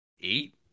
eight